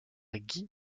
guy